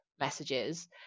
messages